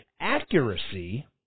accuracy